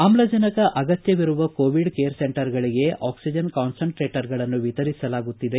ಆಮ್ಲಜನಕ ಅಗತ್ಯವಿರುವ Covid care ಸೆಂಟರ್ಗಳಿಗೆ ಆಕ್ಲಿಜನ್ ಕಾನ್ಸೆನ್ಸೇಟರ್ಗಳನ್ನು ವಿತರಿಸಲಾಗುತ್ತಿದೆ